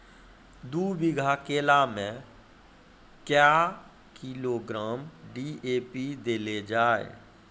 दू बीघा केला मैं क्या किलोग्राम डी.ए.पी देले जाय?